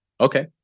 Okay